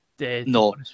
no